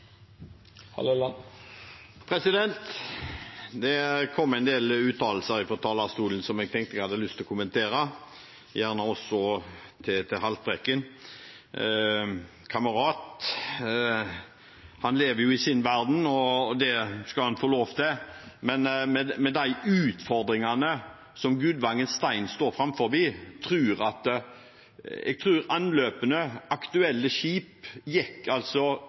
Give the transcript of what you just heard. Det kom en del uttalelser fra talerstolen som jeg hadde lyst til å kommentere, også fra kamerat Haltbrekken. Han lever jo i sin verden, og det skal han få lov til. Gudvangen Stein står framfor store utfordringer. Jeg tror anløpene av aktuelle skip gikk ned fra 70 til 10 skip.